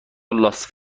لاس